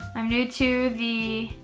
i'm new to the